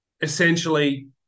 essentially